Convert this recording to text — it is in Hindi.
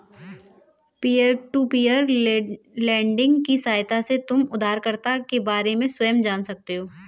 पीयर टू पीयर लेंडिंग की सहायता से तुम उधारकर्ता के बारे में स्वयं जान सकते हो